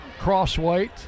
crossweight